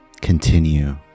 Continue